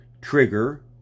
Trigger